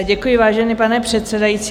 Děkuji, vážený pane předsedající.